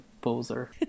poser